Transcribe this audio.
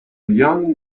young